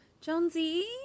Jonesy